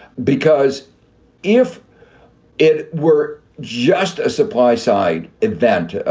because if it were just a supply side event,